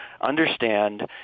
understand